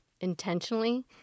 intentionally